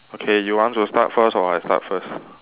okay you want to start first or I start first